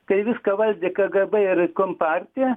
kai viską valdė kgb ir kompartija